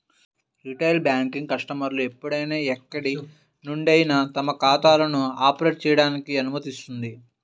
retail banking కస్టమర్లు ఎప్పుడైనా ఎక్కడి నుండైనా తమ ఖాతాలను ఆపరేట్ చేయడానికి అనుమతిస్తుంది